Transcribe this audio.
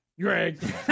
Greg